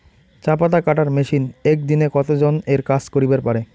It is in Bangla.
চা পাতা কাটার মেশিন এক দিনে কতজন এর কাজ করিবার পারে?